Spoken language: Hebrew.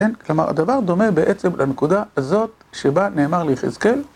כן? כלומר, הדבר דומה בעצם לנקודה הזאת שבה נאמר ליחזקל.